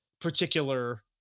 particular